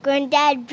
Granddad